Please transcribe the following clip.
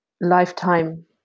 lifetime